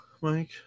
Mike